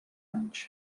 anys